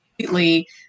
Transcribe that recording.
completely